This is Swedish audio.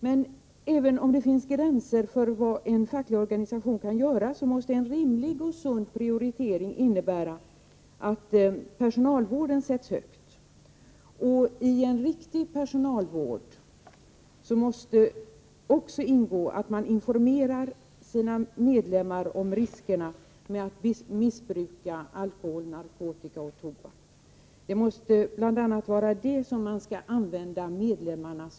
Men det finns gränser för vad en facklig organisation kan göra, och en rimlig och sund prioritering måste innebära att personalvården sätts högt. I en riktig personalvård måste också ingå att man informerar sina medlemmar om riskerna med att missbruka alkohol, narkotika och tobak. Det måste bl.a. vara det som man skall använda medlemmarnas